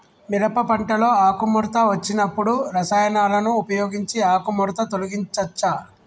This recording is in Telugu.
మిరప పంటలో ఆకుముడత వచ్చినప్పుడు రసాయనాలను ఉపయోగించి ఆకుముడత తొలగించచ్చా?